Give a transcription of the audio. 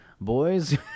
boys